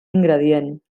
ingredient